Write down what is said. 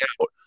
out